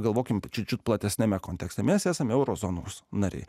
galvokime pačiu platesniame kontekste mes esame euro zonos nariai